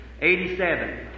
87